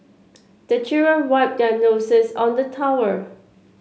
the children wipe their noses on the towel